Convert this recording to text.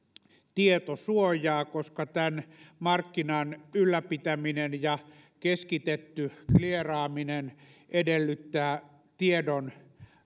tietosuojaa koska tämän markkinan ylläpitäminen ja keskitetty clearaaminen edellyttää